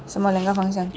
什么两个方向